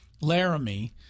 Laramie